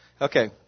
Okay